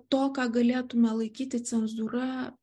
ato ką galėtume laikyti cenzūra